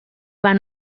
van